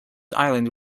island